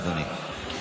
בבקשה, אדוני.